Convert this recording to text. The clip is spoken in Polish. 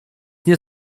nie